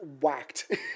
whacked